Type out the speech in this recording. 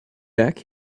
back